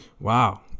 Wow